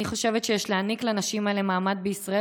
אני חושבת שיש להעניק לנשים האלה מעמד בישראל,